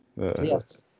Yes